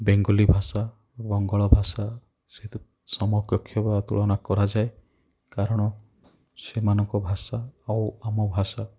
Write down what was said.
ବଙ୍ଗଳା ଭାଷା ବଙ୍ଗଳା ଭାଷା ସହିତ ସମକକ୍ଷ ବା ତୁଳନା କରଯାଏ କାରଣ ସେମାନଙ୍କ ଭାଷା ଆଉ ଆମ ଭାଷା